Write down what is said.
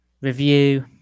review